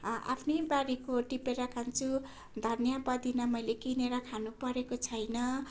आफ्नै बारीको टिपेर खान्छु धनिया पुदिना मैले किनेर खानुपरेको छैन अनि